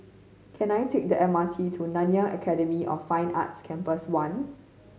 can I take the M R T to Nanyang Academy of Fine Arts Campus One